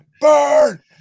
burn